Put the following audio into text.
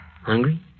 Hungry